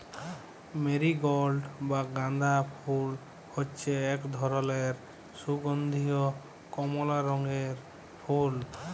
marigold বা গাঁদা ফুল হচ্যে এক ধরলের সুগন্ধীয় কমলা রঙের ফুল